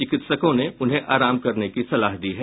चिकित्सकों ने उन्हें आराम करने की सलाह दी है